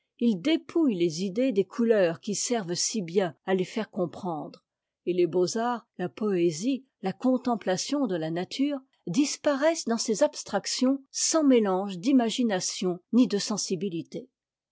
il dépouille les idées des couleurs qui servent si bien à les faire comprendre et les beaux-arts la poésie la contemplation de la nature disparaissent dans ces abstractions sans mélange d'imagination ni de sensibilité